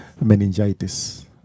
meningitis